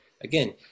Again